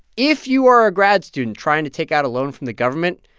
if you are a grad student trying to take out a loan from the government,